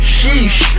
Sheesh